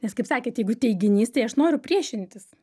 nes kaip sakėt jeigu teiginys tai aš noriu priešintis